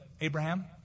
Abraham